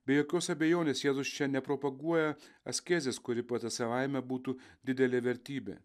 be jokios abejonės jėzus čia nepropaguoja askezės kuri pati savaime būtų didelė vertybė